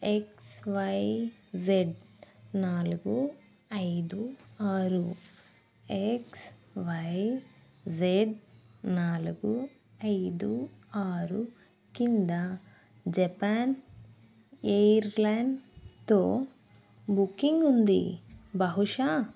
XYZ నాలుగు ఐదు ఆరు ఎక్స్వైజెడ్ నాలుగు ఐదు ఆరు క్రింద జపాన్ ఎయిర్లైన్తో బుకింగ్ ఉంది బహుశ